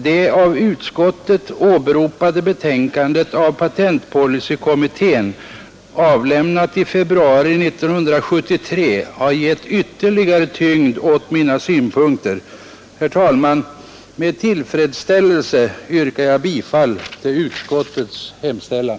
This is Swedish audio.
Det av utskottet åberopade betänkandet av patentpolicykommittén, avlämnat i februari 1973, har gett ytterligare tyngd åt mina synpunkter. Herr talman! Med tillfredsställelse yrkar jag bifall till utskottets hemställan.